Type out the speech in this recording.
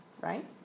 right